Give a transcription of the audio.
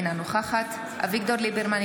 אינה נוכחת אביגדור ליברמן,